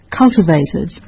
cultivated